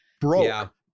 broke